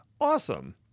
awesome